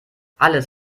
alles